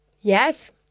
Yes